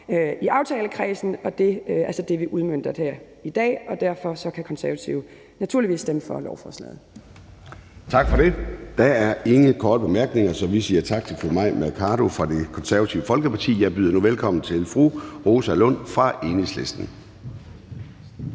i aftalekredsen, og det er altså det, vi udmønter her i dag, og derfor kan Konservative naturligvis stemme for lovforslaget. Kl. 09:18 Formanden (Søren Gade): Der er ingen korte bemærkninger, så vi siger tak til fru Mai Mercado fra Det Konservative Folkeparti. Jeg byder nu velkommen til fru Rosa Lund fra Enhedslisten.